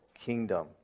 kingdom